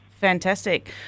Fantastic